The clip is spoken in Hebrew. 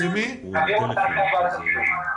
אתה ליווית את הדיון?